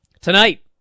tonight